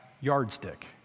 Yardstick